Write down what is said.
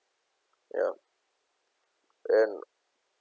ya and